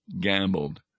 gambled